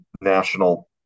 national